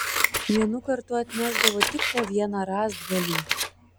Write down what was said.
vienu kartu atnešdavo tik po vieną rąstgalį